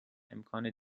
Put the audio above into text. امکان